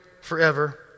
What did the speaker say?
forever